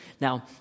Now